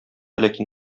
ләкин